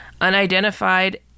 Unidentified